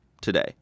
today